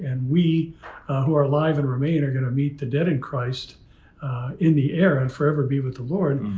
and we who are alive and remain are gonna meet the dead in christ in the air, and forever be with the lord.